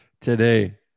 today